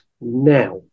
now